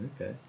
Okay